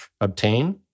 obtain